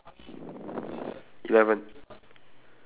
oh gosh then like that our park is just one